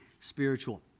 spiritual